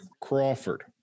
Crawford